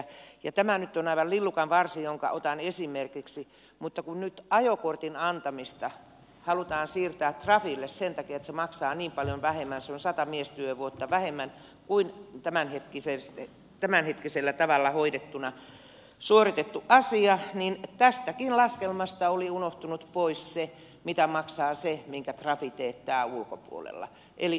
tämä nyt on aivan lillukanvarsi jonka otan esimerkiksi mutta kun nyt ajokortin antamista halutaan siirtää trafille sen takia että se maksaa niin paljon vähemmän se on sata miestyövuotta vähemmän kuin tämänhetkisellä tavalla suoritettu asia niin tästäkin laskelmasta oli unohtunut pois se mitä maksaa se minkä trafi teettää ulkopuolella eli ostopalveluina